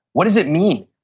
what does it mean?